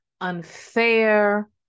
unfair